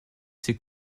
ses